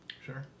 Sure